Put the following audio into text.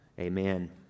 Amen